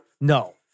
no